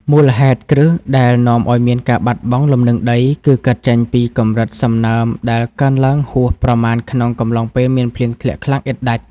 មូលហេតុគ្រឹះដែលនាំឱ្យមានការបាត់បង់លំនឹងដី គឺកើតចេញពីកម្រិតសំណើមដែលកើនឡើងហួសប្រមាណក្នុងកំឡុងពេលមានភ្លៀងធ្លាក់ខ្លាំងឥតដាច់។